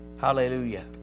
Hallelujah